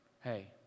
Hey